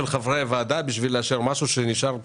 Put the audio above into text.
חברי הוועדה בשביל לאשר משהו שנשאר כלום,